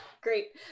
Great